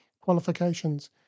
qualifications